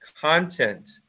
content